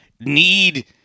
need